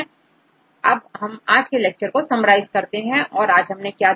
अब हम आज के लेक्चर को समराइज करते हैं आज हमने क्या देखा